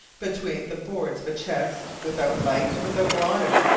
between the boards of a chest, without light, without water,